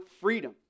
freedom